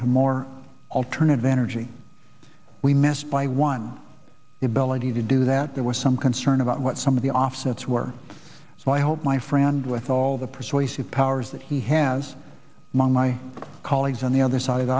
to more alternative energy we missed by one the ability to do that there was some concern about what some of the offsets were so i hope my friend with all the persuasive powers that he has my colleagues on the other side of